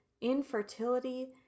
infertility